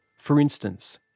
for instance,